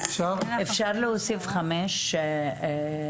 אפשר להוסיף (5),